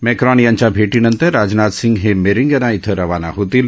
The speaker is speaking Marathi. मेक्रॉन यांच्या भेटीनंतर राजनाथ सिंग हे मेरींगना इथं रवाना होतील